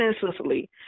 senselessly